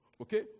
Okay